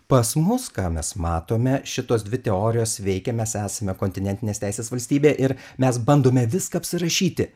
pas mus ką mes matome šitos dvi teorijos veikia mes esame kontinentinės teisės valstybė ir mes bandome viską apsirašyti